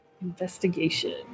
Investigation